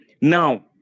Now